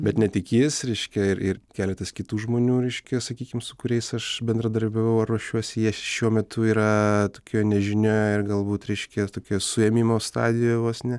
bet ne tik jis reiškia ir ir keletas kitų žmonių reiškia sakykim su kuriais aš bendradarbiavau ar ruošiuosi jie šiuo metu yra tokioj nežinioj ir galbūt reiškia tokioj suėmimo stadijoj vos ne